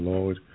Lord